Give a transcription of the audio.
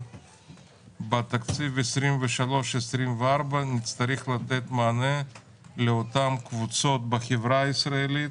בתקציב 2024-2023 נצטרך לתת מענה לאותן קבוצות בחברה הישראלית